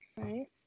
Nice